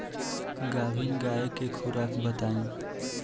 गाभिन गाय के खुराक बताई?